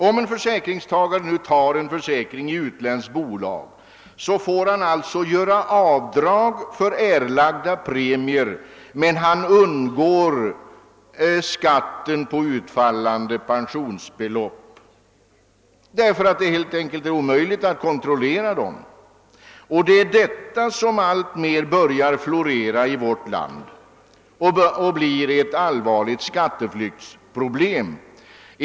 Om en försäkringstagare tecknar försäkring i utländskt bolag får han alltså göra avdrag för erlagda premier men kan undgå skatt för utbetalda försäkringsbelopp, eftersom det helt enkelt är omöjligt att kontrollera dessa. Det är detta som alltmer börjat florera i vårt land och som skapat allvarliga skatteflyktsproblem.